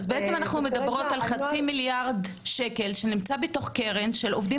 אז אנחנו מדברות על חצי מיליארד שקל שנמצאים בתוך קרן של עובדים